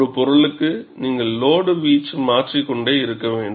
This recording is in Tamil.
ஒரு பொருளுக்கு நீங்கள் லோடு வீச்சு மாற்றிக் கொண்டே இருக்க வேண்டும்